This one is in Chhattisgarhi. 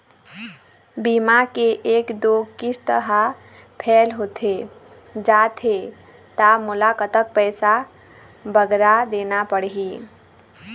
बीमा के एक दो किस्त हा फेल होथे जा थे ता मोला कतक पैसा बगरा देना पड़ही ही?